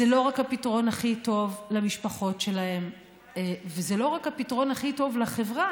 זה לא רק הפתרון הכי טוב למשפחות שלהם וזה לא רק הפתרון הכי טוב לחברה,